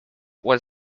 was